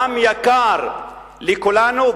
דם יקר לכולנו.